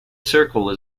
circle